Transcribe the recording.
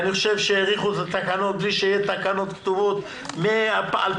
אני חושבת שהאריכו את התקנות בלי שיהיו תקנות כתובות מ-2005.